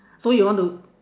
so you want to